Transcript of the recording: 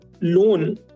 loan